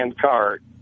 card